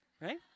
right